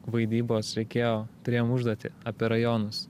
vaidybos reikėjo turėjom užduotį apie rajonus